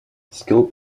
skilled